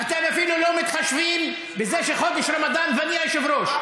אתם אפילו לא מתחשבים בזה שחודש רמדאן ואני היושב-ראש.